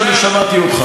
--- שינקה בעצמו.